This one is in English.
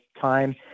time